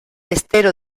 estero